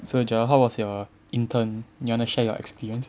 so Joel how was your intern you wanna share your experience